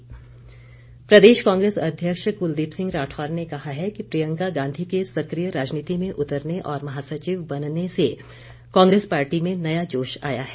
कांग्रेस सम्मेलन प्रदेश कांग्रेस अध्यक्ष कुलदीप सिंह राठौर ने कहा कि प्रियंका गांधी के सक्रिय राजनीति में उतरने और महासचिव बनने से कांग्रेस पार्टी में नया जोश आया है